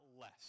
less